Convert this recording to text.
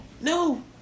No